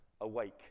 awake